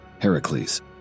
Heracles